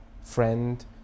friend